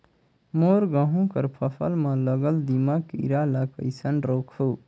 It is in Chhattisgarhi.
मोर गहूं कर फसल म लगल दीमक कीरा ला कइसन रोकहू?